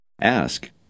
Ask